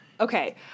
Okay